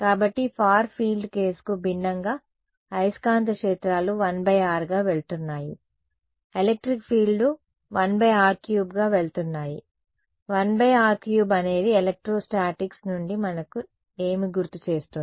కాబట్టి far field కేస్కు భిన్నంగా అయస్కాంత క్షేత్రాలు 1r గా వెళ్తున్నాయి ఎలక్ట్రిక్ ఫీల్డ్లు 1r3 గా వెళ్తున్నాయి 1r3 అనేది ఎలక్ట్రోస్టాటిక్స్ నుండి మనకు ఏమి గుర్తుచేస్తుంది